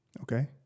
Okay